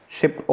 Ship